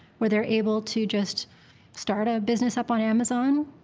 where they're able to just start a business up on amazon,